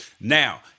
Now